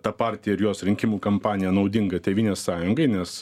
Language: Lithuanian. ta partija ir jos rinkimų kampanija naudinga tėvynės sąjungai nes